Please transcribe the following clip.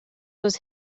was